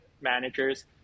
managers